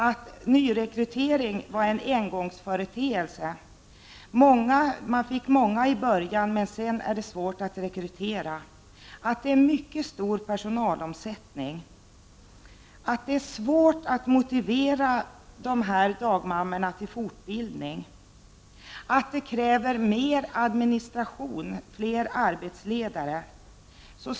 God nyrekrytering av personal var en engångsföreteelse; många sökte tjänster i början men sedan blev det svårt att rekrytera. Vidare är personalomsättningen mycket stor, det är svårt att motivera dagmammorna till fortbildning, det krävs mer administration och fler arbetsledare.